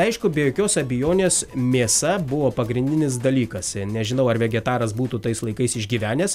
aišku be jokios abejonės mėsa buvo pagrindinis dalykas nežinau ar vegetaras būtų tais laikais išgyvenęs